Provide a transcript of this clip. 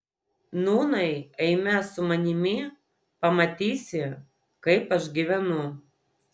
nūnai eime su manimi pamatysi kaip aš gyvenu